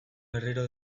berriro